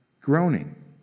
groaning